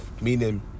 Meaning